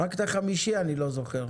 רק את החמישי אני לא זוכר,